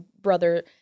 brother